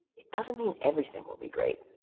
it doesn't mean everything will be great.